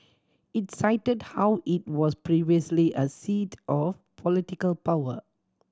it cited how it was previously a seat of political power